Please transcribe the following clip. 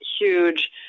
huge